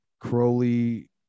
Crowley